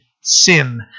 sin